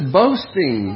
boasting